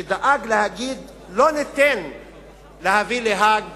שדאג להגיד: לא ניתן להביא להאג